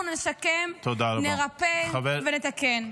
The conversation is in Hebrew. אנחנו נשקם, נרפא ונתקן.